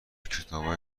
کتابای